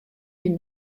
myn